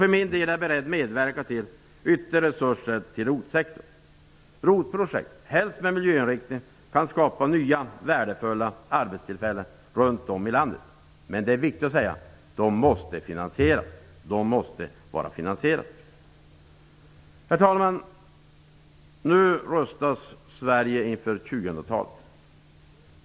För min del är jag beredd medverka till att riksdagen nu satsar ytterligare resurser på ROT-sektorn. ROT projekt, helst med miljöinriktning, kan skapa nya, värdefulla arbetstillfällen runt om i landet. Men det är viktigt att säga: De måste vara finansierade. Herr talman! Nu rustas Sverige inför 2000-talet.